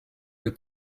your